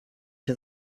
das